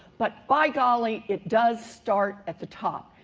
but, by golly, it does start at the top.